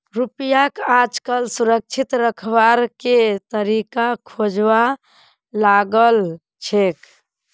रुपयाक आजकल सुरक्षित रखवार के तरीका खोजवा लागल छेक